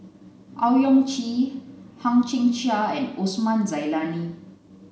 Owyang Chi Hang Chang Chieh and Osman Zailani